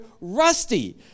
rusty